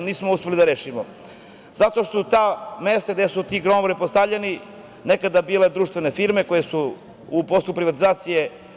Nismo uspeli to da rešimo zato što su na mestu gde su ti gromobrani postavljeni nekada bile društvene firme koje su u postupku privatizacije…